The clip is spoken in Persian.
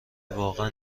واقعا